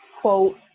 quote